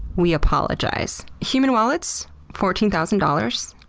we apologize. human wallets? fourteen thousand dollars.